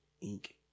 ink